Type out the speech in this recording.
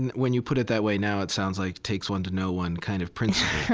and when you put it that way now, it sounds like it takes one to know one, kind of principle.